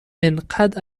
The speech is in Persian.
انقد